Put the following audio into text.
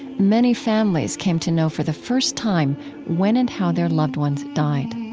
many families came to know for the first time when and how their loved ones died